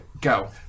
Go